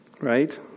Right